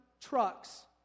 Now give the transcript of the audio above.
trucks